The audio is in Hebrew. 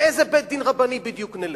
לאיזה בית-דין רבני בדיוק נלך?